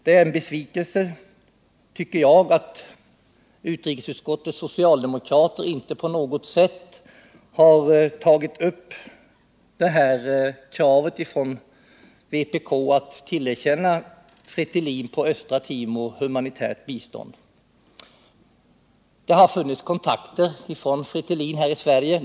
Det är en besvikelse, tycker jag, att utrikesutskottets socialdemokrater inte på något sätt har tagit upp vpk:s krav att man skall tillerkänna Fretilin på Östra Timor humanitärt bistånd. Det har förekommit kontakter med representanter för Fretilin här i landet.